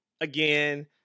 Again